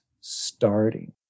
starting